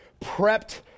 prepped